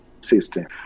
system